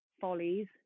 Follies